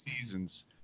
seasons